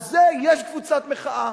על זה יש קבוצת מחאה,